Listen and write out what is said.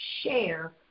share